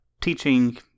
teaching